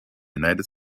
united